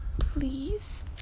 Please